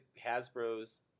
Hasbro's